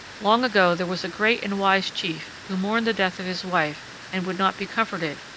long ago there was a great and wise chief who mourned the death of his wife and would not be comforted,